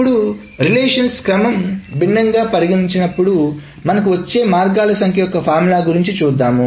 ఇప్పుడు రిలేషన్స్ క్రమం భిన్నంగా పరిగణించినప్పుడు మనకి వచ్చే మార్గాలు సంఖ్య యొక్క ఫార్ములా గురించి చూద్దాం